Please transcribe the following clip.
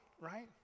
right